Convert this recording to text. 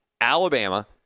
alabama